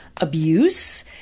abuse